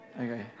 Okay